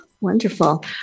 Wonderful